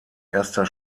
erster